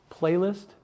playlist